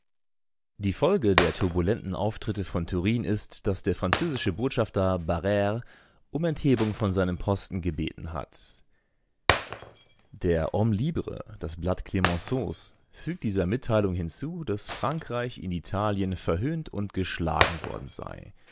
die folge der turbulenten auftritte von turin ist daß der französische botschafter barrre um enthebung von seinem posten gebeten hat der homme libre das blatt clemenceaus fügt dieser mitteilung hinzu daß frankreich in italien verhöhnt und geschlagen worden sei